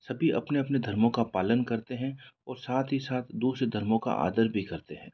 सभी अपने अपने धर्मों का पालन करते हैं और साथ ही साथ दूसरे धर्मों का आदर भी करते हैं